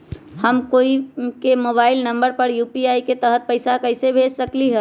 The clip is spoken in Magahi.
हम कोई के मोबाइल नंबर पर यू.पी.आई के तहत पईसा कईसे भेज सकली ह?